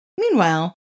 Meanwhile